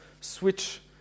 switch